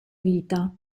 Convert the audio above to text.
vita